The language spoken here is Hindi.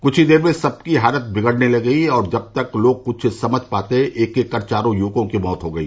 कुछ ही देर में सबकी हालत बिगड़ने लगी और जब तक लोग कुछ कर पाते एक एक कर चारों युवकों की मौत हो गई